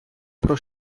про